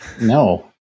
No